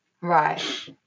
right